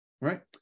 right